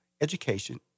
education